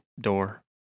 door